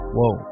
Whoa